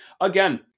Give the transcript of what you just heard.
again